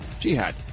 Jihad